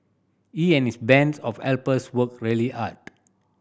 he and his bands of helpers worked really hard